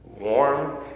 warm